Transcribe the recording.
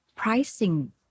Pricing